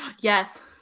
Yes